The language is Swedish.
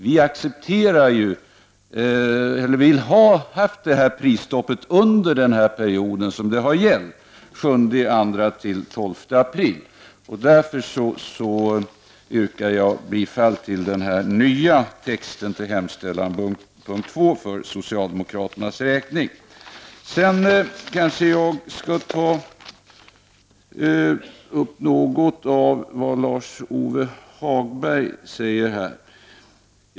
Vi accepterade och ville ha prisstoppet under den period som det gällde — den 7 februari till den 12 april. Därför yrkar jag bifall till den här nya texten till hemställan, punkt 2, för socialdemokraternas räkning. Sedan skall jag ta upp något av det Lars-Ove Hagberg har sagt.